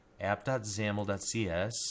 app.xaml.cs